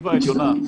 מהדירקטיבה העליונה,